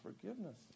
forgiveness